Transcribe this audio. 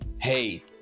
hey